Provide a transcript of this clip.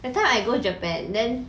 that time I go japan then